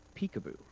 peekaboo